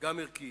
הם גם ערכיים.